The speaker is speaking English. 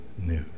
news